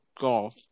golf